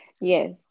Yes